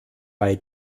bei